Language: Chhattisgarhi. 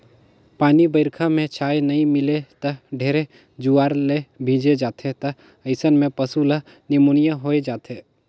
पानी बइरखा में छाँय नइ मिले त ढेरे जुआर ले भीजे जाथें त अइसन में पसु ल निमोनिया होय जाथे